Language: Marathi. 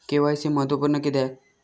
के.वाय.सी महत्त्वपुर्ण किद्याक?